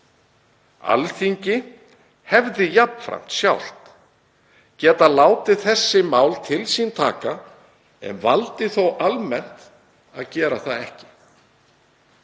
Alþingi hefði jafnframt sjálft getað látið þessi mál til sín taka, en valdi þó almennt að gera það ekki.“